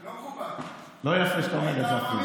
לא יפה שאתה אומר את זה אפילו.